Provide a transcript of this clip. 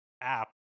app